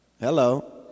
hello